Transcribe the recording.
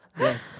Yes